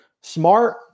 smart